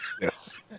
Yes